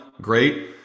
Great